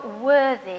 worthy